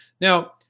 Now